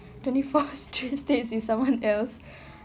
twenty fourth states is someone else